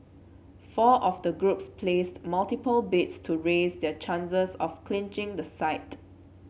four of the groups placed multiple bids to raise their chances of clinching the site